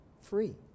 free